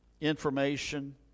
information